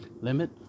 limit